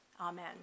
Amen